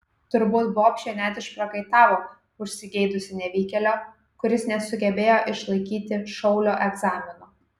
turbūt bobšė net išprakaitavo užsigeidusi nevykėlio kuris nesugebėjo išlaikyti šaulio egzamino